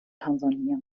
tansania